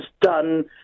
done